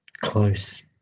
close